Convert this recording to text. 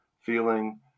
feeling